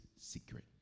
secret